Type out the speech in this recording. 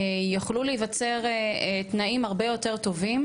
יוכלו להיווצר תנאים הרבה יותר טובים